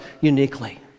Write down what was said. uniquely